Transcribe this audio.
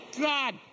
God